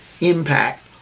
impact